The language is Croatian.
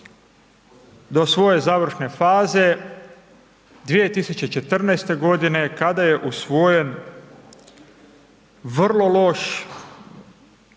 do svoje završne faze 2014. godine kada je usvojen vrlo loš